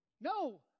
No